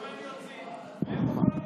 מה זה?